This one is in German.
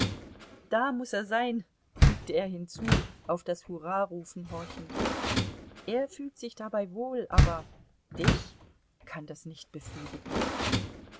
da muß er sein fügte er hinzu auf das hurrarufen horchend er fühlt sich dabei wohl aber dich kann das nicht befriedigen